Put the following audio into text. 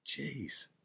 jeez